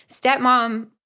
stepmom